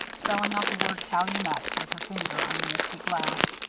spelling out the word calumet with her finger on the misty glass.